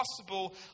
possible